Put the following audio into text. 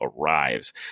arrives